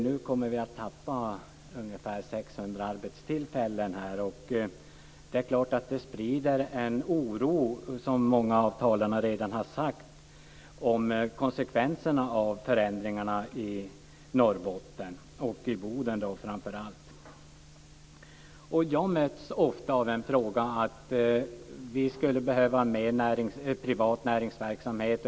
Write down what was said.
Nu kommer vi att tappa ungefär 600 arbetstillfällen så det är klart att konsekvenserna av förändringarna i Norrbotten, som många av talarna här redan sagt, sprider oro i Norrbotten, framför allt i Boden. Jag möter ofta påståendet att det behövs mer privat näringsverksamhet.